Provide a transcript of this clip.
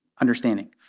understanding